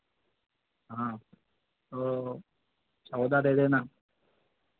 हाँ तो चौदह दे देना